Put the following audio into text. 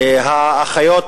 תושבים.